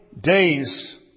days